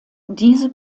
diese